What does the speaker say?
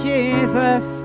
Jesus